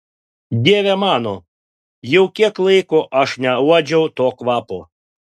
dieve mano jau kiek laiko aš neuodžiau to kvapo